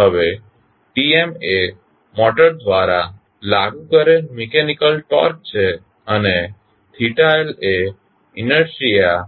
હવે Tm એ motor દ્વારા લાગુ કરેલ મિકેનિકલ ટોર્ક છે અને L એ ઇનેર્શીઆ